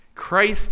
Christ